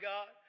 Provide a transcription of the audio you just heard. God